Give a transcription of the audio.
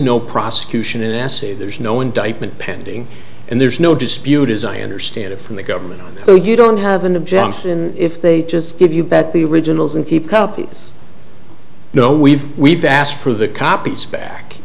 no prosecution in s c there's no indictment pending and there's no dispute as i understand it from the government so you don't have an objection if they just give you bet the originals and keep copies no we've we've asked for the copies back